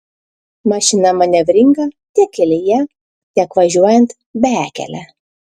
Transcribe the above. mašina manevringa tiek kelyje tiek važiuojant bekele